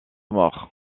mort